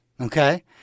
okay